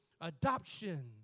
Adoption